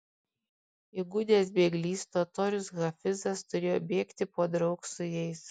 įgudęs bėglys totorius hafizas turėjo bėgti podraug su jais